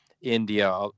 India